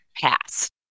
passed